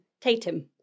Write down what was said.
Tatum